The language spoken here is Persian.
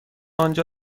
آنجا